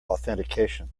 authentication